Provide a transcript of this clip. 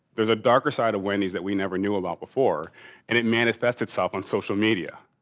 there's a darker side of wendy's that we never knew about before and it manifests itself on social media.